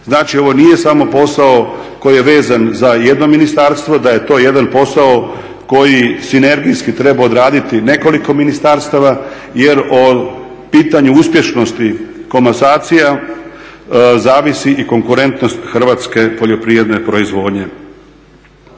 Znači, ovo nije samo posao koji je vezan za jedno ministarstvo, da je to jedan posao koji sinergijski treba odraditi nekoliko ministarstava jer o pitanju uspješnosti komasacija zavisi i konkurentnost hrvatske poljoprivredne proizvodnje.